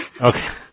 Okay